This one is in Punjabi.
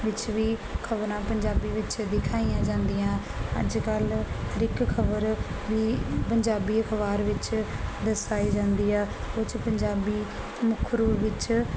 ਵਿੱਚ ਵੀ ਖਬਰਾਂ ਪੰਜਾਬੀ ਵਿੱਚ ਦਿਖਾਈਆਂ ਜਾਂਦੀਆਂ ਅੱਜ ਕੱਲ ਇੱਕ ਖਬਰ ਵੀ ਪੰਜਾਬੀ ਅਖਬਾਰ ਵਿੱਚ ਦਸਾਈ ਜਾਂਦੀ ਆ ਕੁਝ ਪੰਜਾਬੀ ਮੁੱਖ ਰੂਪ ਵਿੱਚ